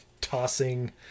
tossing